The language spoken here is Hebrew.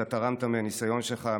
אתה תרמת מהניסיון שלך,